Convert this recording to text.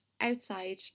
outside